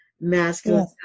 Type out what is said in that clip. masculine